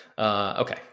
Okay